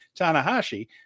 Tanahashi